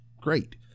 great